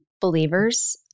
believers